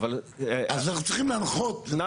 זו המציאות בכל